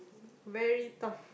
very tough